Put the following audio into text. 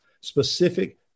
specific